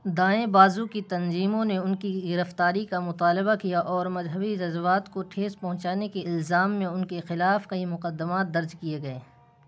دائیں بازو کی تنظیموں نے ان کی گرفتاری کا مطالبہ کیا اور مذہبی جذبات کو ٹھیس پہنچانے کے الزام میں ان کے خلاف کئی مقدمات درج کیے گئے